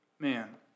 man